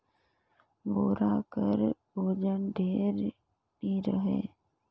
बोरा कर ओजन ढेर नी रहें